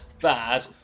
bad